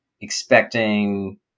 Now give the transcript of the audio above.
expecting